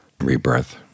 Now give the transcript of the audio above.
rebirth